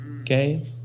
Okay